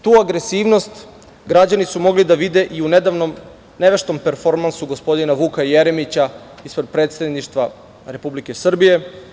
Tu agresivnost građani su mogli da vide i u nedavnom neveštom performansu gospodina Vuka Jeremića ispred Predsedništva Republike Srbije.